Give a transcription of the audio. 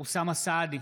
אוסאמה סעדי,